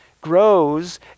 grows